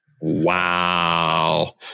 Wow